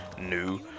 new